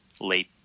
late